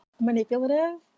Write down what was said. manipulative